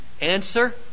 Answer